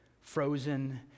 frozen